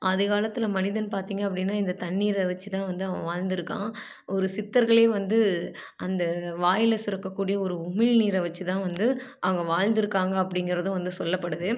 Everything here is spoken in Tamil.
ஆதிகாலத்தில் மனிதன் பார்த்திங்க அப்படின்னா இந்த தண்ணீரை வச்சு தான் வந்து அவன் வாழ்ந்துருக்கான் ஒரு சித்தர்களே வந்து அந்த வாயில் சுரக்கக்கூடிய ஒரு உமிழ் நீரை வச்சு தான் வந்து அவங்க வாழ்ந்துருக்காங்க அப்படிங்கிறதும் வந்து சொல்லப்படுது